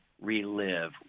relive